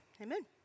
Amen